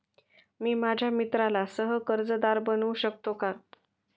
मी माझ्या मित्राला सह कर्जदार बनवू शकतो का?